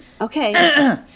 Okay